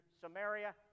Samaria